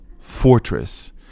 fortress